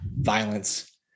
violence